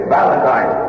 Valentine